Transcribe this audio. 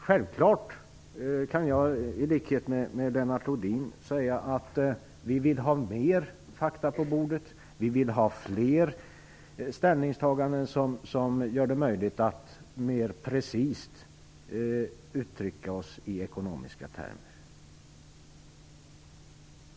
Självfallet kan jag, i likhet med Lennart Rohdin, säga att vi vill ha mer fakta på bordet, att vi vill ha fler ställningstaganden som gör det möjligt att mer precist uttrycka oss i ekonomiska termer.